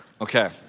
okay